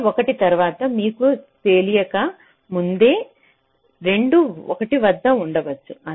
delay 1 తరువాత మీకు తెలియక ముందు రెండూ 1 వద్ద ఉండవచ్చు